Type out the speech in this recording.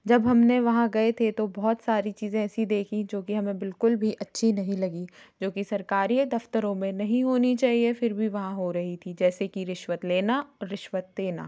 जब हमने वहाँ गए थे तो बहुत सारी चीज़ें ऐसी देखि जो कि हमें बिल्कुल भी अच्छी नहीं लगी जो कि सरकारी दफ्तरों में नहीं होनी चाहिए फिर भी वहाँ हो रही थी जैसे कि रिश्वत लेना और रिश्वत देना